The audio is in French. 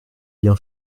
bien